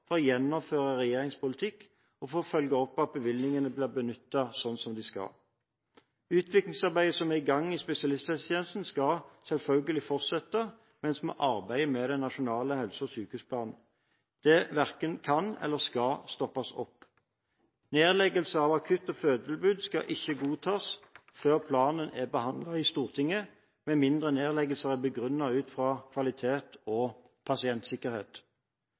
for å gjennomføre regjeringens politikk og for å følge opp at bevilgningene blir benyttet slik de skal. Utviklingsarbeidet som er i gang i spesialisthelsetjenesten, skal selvfølgelig fortsette mens vi arbeider med den nasjonale helse- og sykehusplanen. Det verken kan eller skal stoppes opp. Nedleggelse av akutt- og fødetilbud skal ikke godtas før planen er behandlet i Stortinget, med mindre nedleggelser er begrunnet ut fra kvalitet og pasientsikkerhet.